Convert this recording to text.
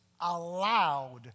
allowed